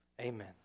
Amen